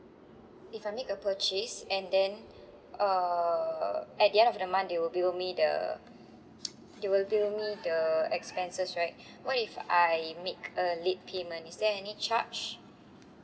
if I make a purchase and then err at the end of the month they will bill me the they will bill me the expenses right what if I make a late payment is there any charge